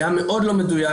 היה מאוד לא מדויק.